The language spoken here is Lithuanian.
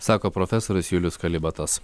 sako profesorius julius kalibatas